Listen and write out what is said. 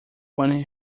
when